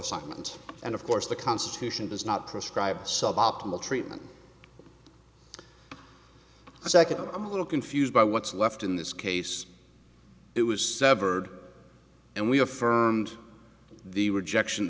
assignment and of course the constitution does not prescribe suboptimal treatment second i'm a little confused by what's left in this case it was severed and we affirmed the rejection